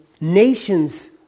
nations